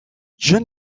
john